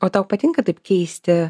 o tau patinka taip keisti